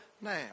now